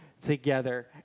together